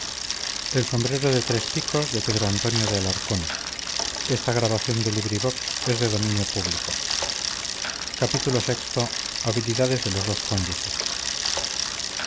absurda fórmula de que parecía cojo de los dos